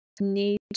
need